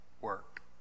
work